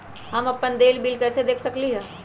हम अपन देल बिल कैसे देख सकली ह?